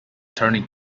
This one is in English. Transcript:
turning